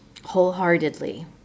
wholeheartedly